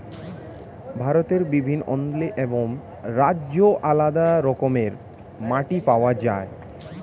ভারতের বিভিন্ন অঞ্চলে এবং রাজ্যে আলাদা রকমের মাটি পাওয়া যায়